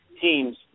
teams